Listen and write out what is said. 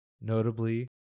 notably